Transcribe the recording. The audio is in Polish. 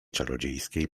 czarodziejskiej